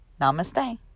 Namaste